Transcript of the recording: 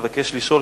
אבקש לשאול,